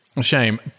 Shame